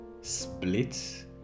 split